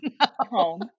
home